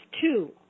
two